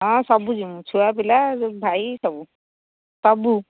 ହଁ ସବୁ ଯିବୁ ଛୁଆ ପିଲା ଭାଇ ସବୁ ସବୁ